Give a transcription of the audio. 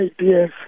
ideas